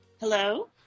Hello